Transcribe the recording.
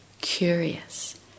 curious